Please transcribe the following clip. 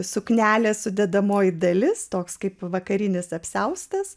suknelės sudedamoji dalis toks kaip vakarinis apsiaustas